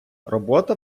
робота